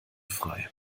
frei